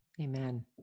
Amen